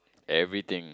everything